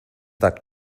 that